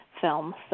film